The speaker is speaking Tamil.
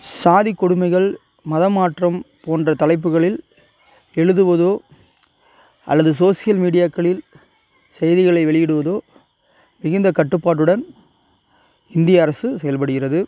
சாதிக் கொடுமைகள் மதமாற்றம் போன்ற தலைப்புகளில் எழுதுவதோ அல்லது சோசியல் மீடியாக்களில் செய்திகளை வெளியிடுவதோ மிகுந்த கட்டுப்பாட்டுடன் இந்திய அரசு செயல்படுகிறது